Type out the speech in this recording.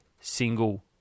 single